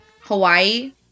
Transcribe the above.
Hawaii